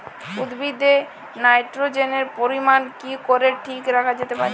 উদ্ভিদে নাইট্রোজেনের পরিমাণ কি করে ঠিক রাখা যেতে পারে?